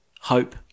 hope